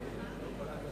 חברי חברי